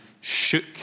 shook